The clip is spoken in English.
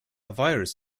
virus